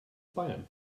bayern